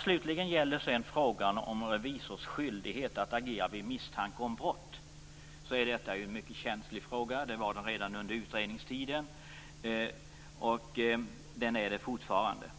Slutligen gäller det frågan om revisors skyldighet att agera vid misstanke om brott. Detta är en mycket känslig fråga. Det var den redan under utredningstiden, och den är det fortfarande.